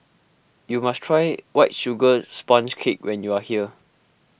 you must try White Sugar Sponge Cake when you are here